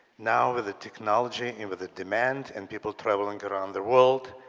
now with the technology and with the demand and people traveling around the world,